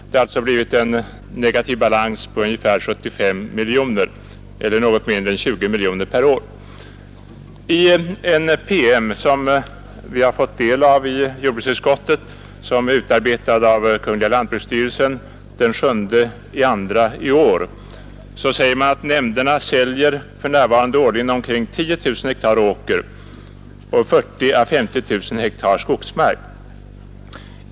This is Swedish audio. Det har alltså blivit en negativ balans på ungefär 75 miljoner kronor, eller något mindre än 20 miljoner per år. I en PM som vi har fått ta del av i jordbruksutskottet och som är utarbetad av lantbruksstyrelsen den 7 februari i år sägs det att nämnderna för närvarande årligen säljer omkring 10 000 ha åker och 40 000-50 000 ha skogsmark.